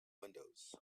windows